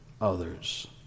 others